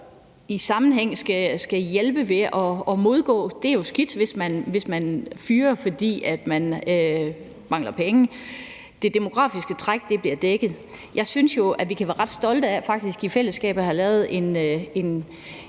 i sammenhæng skal hjælpe med at modgå det. Det er jo skidt, hvis man fyrer, fordi man mangler penge. Det demografiske træk bliver dækket. Jeg synes, at vi kan være ret stolte af faktisk i fællesskab nu at have lavet en